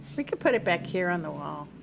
we could put it back here on the wall.